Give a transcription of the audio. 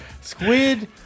squid